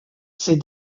ces